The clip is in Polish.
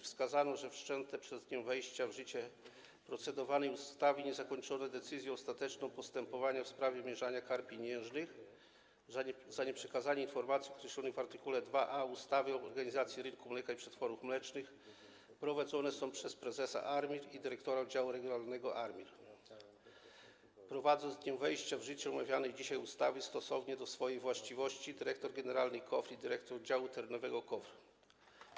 Wskazano, że wszczęte przed dniem wejścia w życie procedowanej ustawy i niezakończone decyzją ostateczną postępowania w sprawie wymierzenia kar pieniężnych za nieprzekazanie informacji określonych w art. 2a ustawy o organizacji rynku mleka i przetworów mlecznych, prowadzone przez prezesa ARiMR i dyrektora oddziału regionalnego ARiMR, prowadzą, z dniem wejścia w życie omawianej dzisiaj ustawy, stosownie do swojej właściwości, dyrektor generalny KOWR i dyrektor oddziału terenowego KOWR.